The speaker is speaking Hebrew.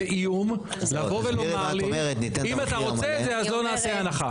זה איום לבוא ולומר לי אם אתה רוצה את זה אז לא נעשה הנחה.